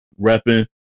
repping